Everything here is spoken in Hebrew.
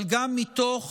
אבל גם מתוך